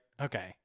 Okay